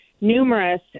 numerous